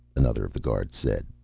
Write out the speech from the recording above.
another of the guards said.